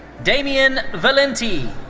damien valenti.